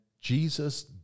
Jesus